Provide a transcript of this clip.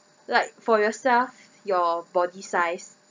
like for yourself your body size